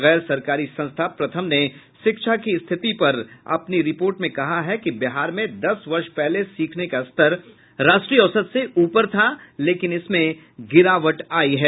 गैर सरकारी संस्था प्रथम ने शिक्षा की स्थिति पर अपनी रिपोर्ट में कहा है कि बिहार में दस वर्ष पहले सीखने का स्तर राष्ट्रीय औसत से ऊपर था लेकिन इसमें गिरावट आई है